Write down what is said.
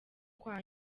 kwa